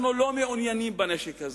אנחנו לא מעוניינים בנשק הזה,